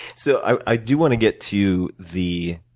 so i do want to get to the